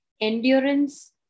endurance